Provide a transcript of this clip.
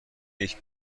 یکی